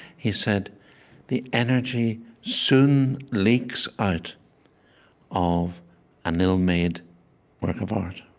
he said the energy soon leaks out of an ill-made work of art.